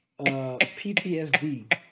PTSD